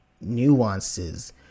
nuances